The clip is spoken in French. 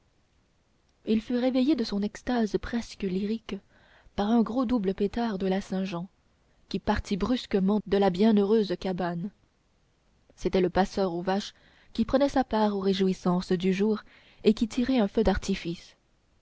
il fut réveillé de son extase presque lyrique par un gros double pétard de la saint-jean qui partit brusquement de la bienheureuse cabane c'était le passeur aux vaches qui prenait sa part des réjouissances du jour et se tirait un feu d'artifice